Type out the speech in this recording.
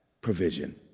provision